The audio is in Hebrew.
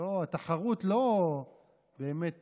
התחרות לא באמת